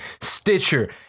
Stitcher